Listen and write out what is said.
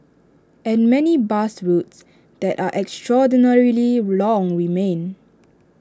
and many bus routes that are extraordinarily long remain